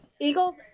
Eagles